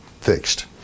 fixed